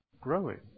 growing